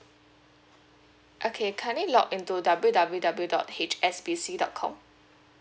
okay can you log into W W W dot H S B C dot com